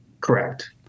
Correct